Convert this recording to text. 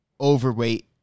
overweight